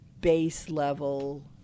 base-level